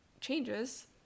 changes